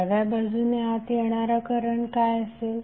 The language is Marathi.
डाव्या बाजूने आत येणारा करंट काय असेल